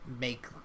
make